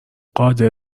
قادر